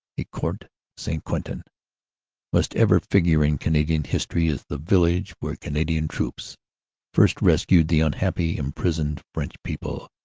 ecourt st. quentin nlust ever figure in canadian history as the village where canadian troops first rescued the unhappy inlprisoned french people.